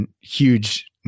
huge